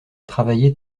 travailler